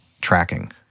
tracking